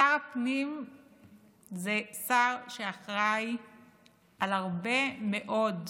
שר הפנים הוא שר שאחראי על הרבה מאוד,